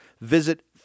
Visit